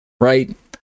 right